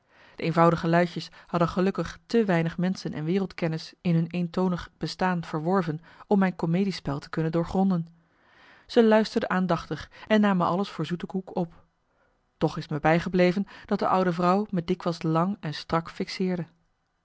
de eenvoudige luitjes hadden gelukkig te weinig menschen en wereldkennis in hun eentonig bestaan verworven om mijn comediespel te kunnen doorgronden zij luisterden aandachtig en namen alles voor zoete koek op toch is t me bijgebleven dat de oude vrouw me dikwijls lang en strak fixeerde